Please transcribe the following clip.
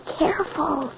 careful